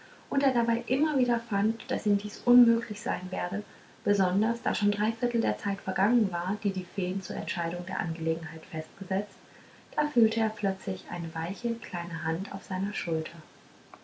und er dabei immer wieder fand daß ihm dies unmöglich sein werde besonders da schon dreiviertel der zeit vergangen war die die feen zur entscheidung der angelegenheit festgesetzt da fühlte er plötzlich eine weiche kleine hand auf seiner schulter